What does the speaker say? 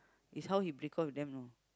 is how he break off with them you know